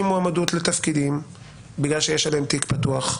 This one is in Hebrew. מועמדות לתפקידים בגלל שיש להם תיק פתוח,